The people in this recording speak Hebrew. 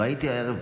ראיתי הערב בסרטון,